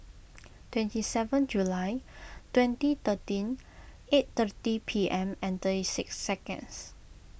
twenty seven July twenty thirteen eight thirty P M and thirty six seconds